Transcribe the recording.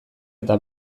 eta